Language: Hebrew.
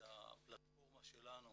הפלטפורמה שלנו